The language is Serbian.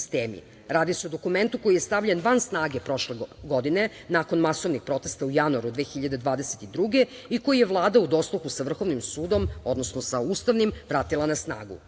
Radi se o dokumentu koji je stavljen van snage prošle godine nakon masovnih protesta u januaru 2022. godine i koji je Vlada u dosluhu sa Vrhovnim sudom, odnosno sa Ustavnim vratila na